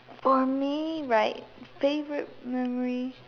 for me right favorite memory